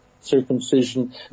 circumcision